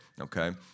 okay